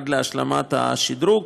עד להשלמת השדרוג,